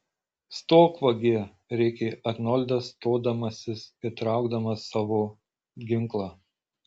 stok vagie rėkė arnoldas stodamasis ir traukdamas savo ginklą